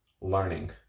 learning